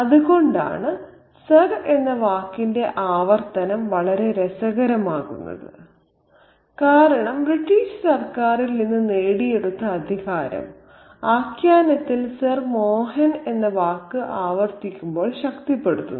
അതുകൊണ്ടാണ് സർ എന്ന വാക്കിന്റെ ആവർത്തനം വളരെ രസകരമാകുന്നത് കാരണം ബ്രിട്ടീഷ് സർക്കാരിൽ നിന്ന് നേടിയെടുത്ത അധികാരം ആഖ്യാനത്തിൽ സർ മോഹൻ എന്ന വാക്ക് ആവർത്തിക്കുമ്പോൾ ശക്തിപ്പെടുത്തുന്നു